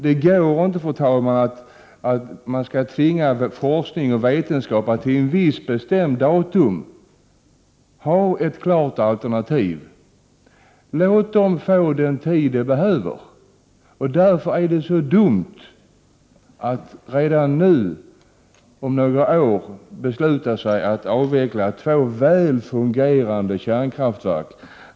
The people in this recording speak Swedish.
Det går inte, fru talman, att tvinga forskning och vetenskap att till ett visst bestämt datum ha ett klart alternativ. Låt dem få den tid de behöver. Därför är det så dumt att redan nu besluta att om några år avveckla två väl fungerande kraftverk.